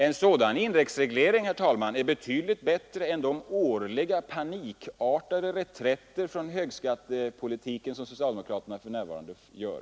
En sådan indexreglering är betydligt bättre än de årliga panikartade reträtter från högskattepolitiken som socialdemokraterna för närvarande gör.